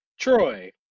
Troy